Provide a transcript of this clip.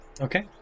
Okay